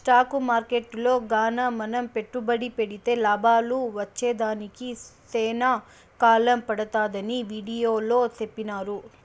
stock మార్కెట్టులో గాన మనం పెట్టుబడి పెడితే లాభాలు వచ్చేదానికి సేనా కాలం పడతాదని వీడియోలో సెప్పినారు